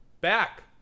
Back